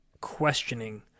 questioning